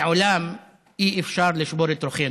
לעולם אי-אפשר לשבור את רוחנו.